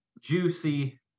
juicy